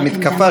10790,